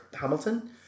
Hamilton